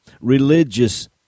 religious